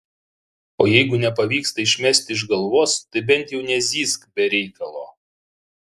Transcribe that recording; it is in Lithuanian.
o jeigu nepavyksta išmesti iš galvos tai bent jau nezyzk be reikalo